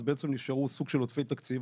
בעצם נשארו סוג של עודפי תקציב.